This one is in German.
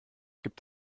gibt